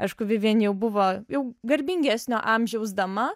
aišku vivjen jau buvo jau garbingesnio amžiaus dama